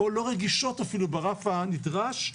או לא רגישות אפילו ברף הנדרש,